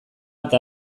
eta